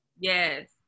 Yes